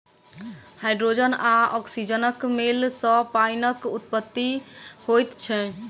hydrogen आ औक्सीजनक मेल सॅ पाइनक उत्पत्ति होइत छै